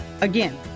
Again